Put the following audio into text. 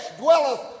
dwelleth